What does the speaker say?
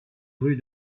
rue